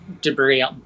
debris